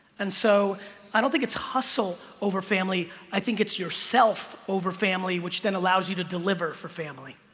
and so i don't think it's hustle over family. i think it's yourself over family which then allows you to deliver for family